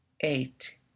eight